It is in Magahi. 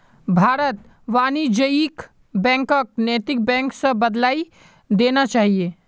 भारतत वाणिज्यिक बैंकक नैतिक बैंक स बदलइ देना चाहिए